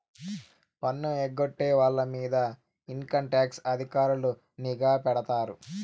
పన్ను ఎగ్గొట్టే వాళ్ళ మీద ఇన్కంటాక్స్ అధికారులు నిఘా పెడతారు